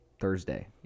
Thursday